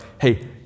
hey